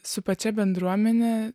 su pačia bendruomene